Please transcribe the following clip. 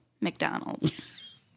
McDonald's